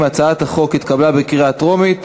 עסקה לרכישת שירות של צד שלישי ומסירת פרטי זיהוי למנוי),